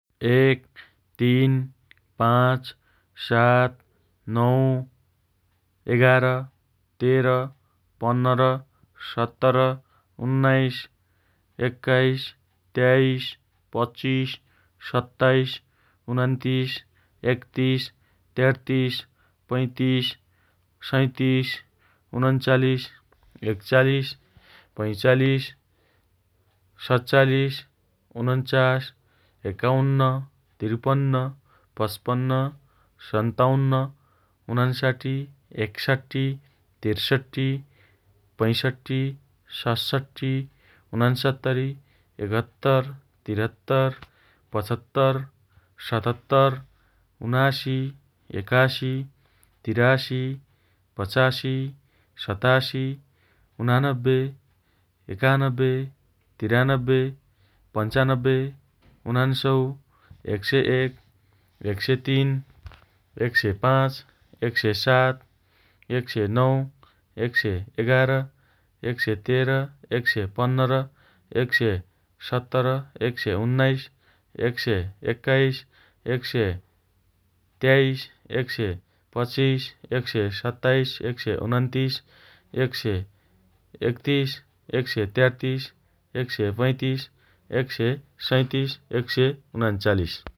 एक, तीन, पाँच, सात, नौ, एघार, तेह्र, पन्नर, सत्तर, उन्नाइस, एक्काइस, तेइस, पच्चिस, सत्ताइस, उनन्तिस, एकतिस, तेत्तिस, पैँतिस, सैँतिस, उनन्चालिस, एकचालिस, पैँचालिस, सतचालिस, उन्चास, एकाउन्न, त्रिपन्न, पचपन्न, सन्ताउन्न, उनसट्ठी, एकसट्ठी, त्रिसट्ठी, पैँसट्ठी, सतसट्ठी, उन्सत्तरी, एकहत्तर, त्रिहत्तर, पचहत्तर, सतहत्तर, उनासी, एकासी, त्रियासी, पचासी, सतासी, उनान्नब्बे, एकान्नब्बे, त्रियान्नब्बे, पन्चान्नब्बे, सन्तान्नब्बे, उनान्सय, एक सय एक, एक सय तीन, एक सय पाँच, एक सय सात, एक सय नौ, एक सय एघार, एक सय तेह्र, एक सय पन्नर, एक सय सत्तर, एक सय उन्नाइस, एक सय एक्काइस, एक सय तेइस, एक सय पच्चिस, एक सय सत्ताइस, एक सय उनन्तिस, एक सय एकतिस, एक सय तेत्तिस, एक सय पैँतिस, एक सय सैँतिस, एक सय उनन्चालिस